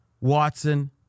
Watson